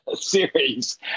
series